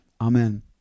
Amen